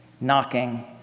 knocking